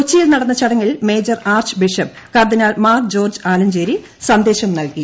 കൊച്ചിയിൽ നടന്ന ചടങ്ങിൽ മേജർ ആർച്ച് ബിഷപ്പ് കർദിനാൽ മാർ ജോർജ് ആലഞ്ചേരി സന്ദേശം നൽകി